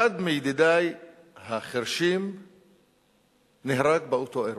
אחד מידידי החירשים נהרג באותו אירוע.